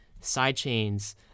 sidechains